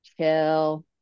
chill